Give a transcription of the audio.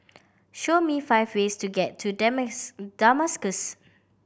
show me five ways to get to Damascus